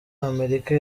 amerika